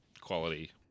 quality